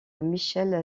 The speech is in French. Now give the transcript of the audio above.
michel